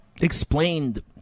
explained